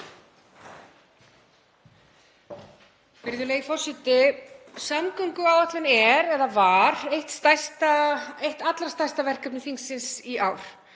Virðulegi forseti. Samgönguáætlun er eða var eitt allra stærsta verkefni þingsins í ár.